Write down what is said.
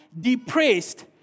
depressed